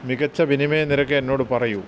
മികച്ച വിനിമയ നിരക്ക് എന്നോട് പറയു